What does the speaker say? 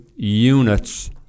Units